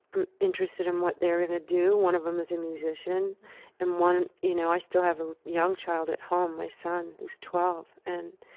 i'm interested in what they're going to do. one of them is a musician and one, you know, i still have a young child at home, my son, who's twelve. and